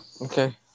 okay